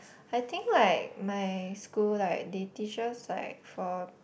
I think like my school like they teach us like for